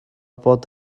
bod